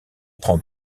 prend